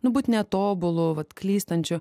nu būt netobulu vat klystančiu